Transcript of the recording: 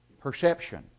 Perception